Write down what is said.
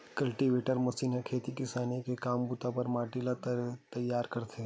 cultivator machine ह खेती किसानी के काम बूता बर माटी ल तइयार करथे